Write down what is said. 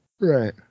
Right